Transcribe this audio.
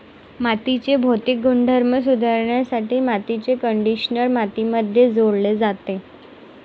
मातीचे भौतिक गुणधर्म सुधारण्यासाठी मातीचे कंडिशनर मातीमध्ये जोडले जाते